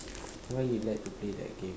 why you like to play that game